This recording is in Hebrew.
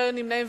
לא היו נמנעים.